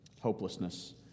hopelessness